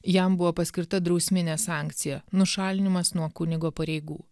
jam buvo paskirta drausminė sankcija nušalinimas nuo kunigo pareigų